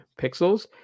pixels